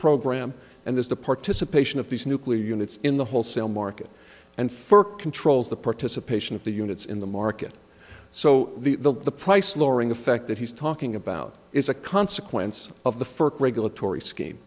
program and there's the participation of these nuclear units in the wholesale market and for controls the participation of the units in the market so the the price lowering effect that he's talking about is a consequence of the first regulatory s